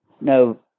no